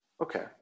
Okay